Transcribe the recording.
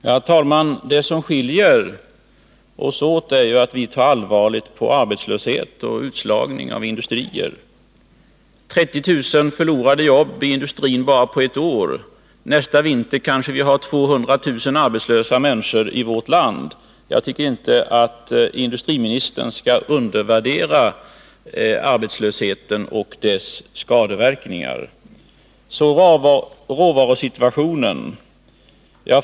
Herr talman! Det som skiljer oss åt är att vi tar allvarligt på arbetslöshet och utslagning av industrier — 30 000 förlorade jobb inom industrin på bara ett år. Nästa vinter har vi kanske 200 000 arbetslösa människor i vårt land. Jag tycker inte att industriministern skall underskatta arbetslösheten och dess skadeverkningar. Så till råvarusituationen.